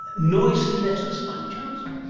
noisy lettuce by any chance?